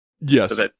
Yes